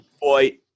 Boy